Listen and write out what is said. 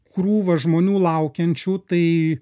krūvą žmonių laukiančių tai